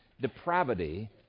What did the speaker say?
depravity